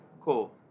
cool